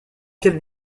quelle